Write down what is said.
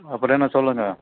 அப்புறம் என்ன சொல்லுங்க